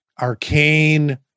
arcane